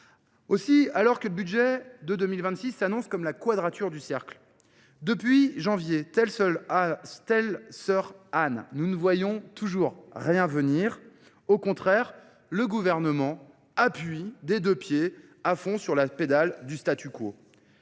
Aussi, alors que le budget de 2026 s'annonce comme la quadrature du cercle. Depuis janvier, telle sœur Anne, nous ne voyons toujours rien venir. Au contraire, le gouvernement appuie des deux pieds à fond sur la pédale du statut quo.